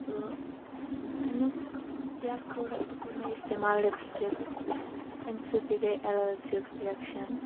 تہٕ امیُک بیٛاکھ پرٛوڈکٹ کوٚر مےٚ اِستمال لِپسٹِک امہِ سۭتۍ تہِ گٔے ایٚلرجِک رِِییٚکشَن